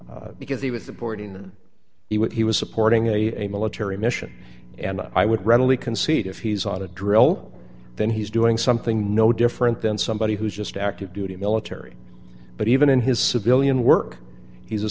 anyway because he was supporting and he was supporting a military mission and i would readily concede if he's on a drill then he's doing something no different than somebody who's just active duty military but even in his civilian work he's